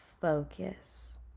focus